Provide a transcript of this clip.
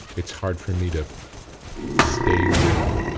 it's hard for me to stay with